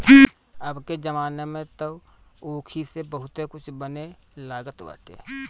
अबके जमाना में तअ ऊखी से बहुते कुछ बने लागल बाटे